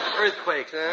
Earthquakes